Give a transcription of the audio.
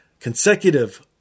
consecutive